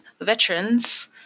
veterans